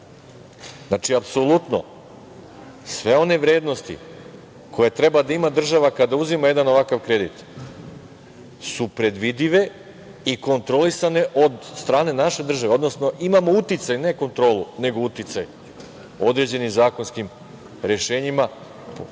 Znači, apsolutno sve one vrednosti koje treba da ima država kada uzima jedan ovakav kredit su predvidive i kontrolisane od strane naše države, odnosno imamo uticaj, ne kontrolu, nego uticaj određenim zakonskim rešenjima,